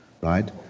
Right